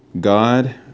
God